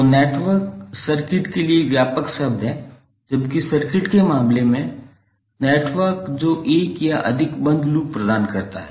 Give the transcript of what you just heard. तो network circuit के लिए व्यापक शब्द है जबकि सर्किट के मामले में नेटवर्क जो एक या अधिक बंद लूप प्रदान करता है